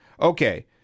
Okay